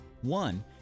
One